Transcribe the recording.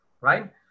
right